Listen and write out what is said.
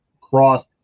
cross